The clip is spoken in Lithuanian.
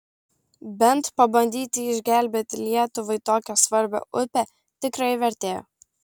bent pabandyti išgelbėti lietuvai tokią svarbią upę tikrai vertėjo